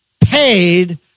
paid